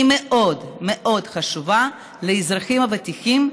מאוד מאוד חשובה לאזרחים הוותיקים,